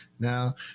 Now